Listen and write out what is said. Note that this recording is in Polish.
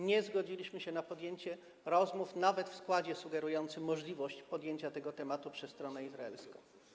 Nie zgodziliśmy się na podjęcie rozmów nawet w składzie sugerującym możliwość podjęcia tego tematu przez stronę izraelską.